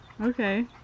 okay